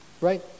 Right